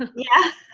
ah yeah